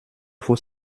faut